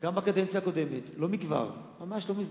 גם בקדנציה הקודמת, לא מכבר, ממש לא מזמן,